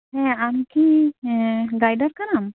ᱦᱮᱸ ᱟᱢ ᱠᱤ ᱜᱟᱭᱰᱟᱨ ᱠᱟᱱᱟᱢ